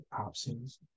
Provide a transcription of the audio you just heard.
options